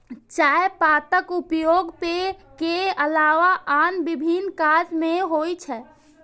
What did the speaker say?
चायक पातक उपयोग पेय के अलावा आन विभिन्न काज मे होइ छै